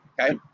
okay